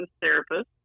therapist